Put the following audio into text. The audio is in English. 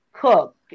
Cook